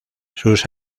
sus